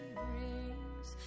brings